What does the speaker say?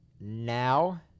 now